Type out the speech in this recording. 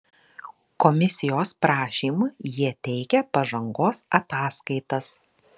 komisijos prašymu jie teikia pažangos ataskaitas